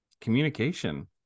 communication